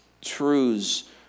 truths